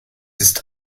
ist